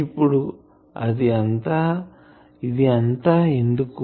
ఇప్పుడు ఇది అంతా ఎందుకు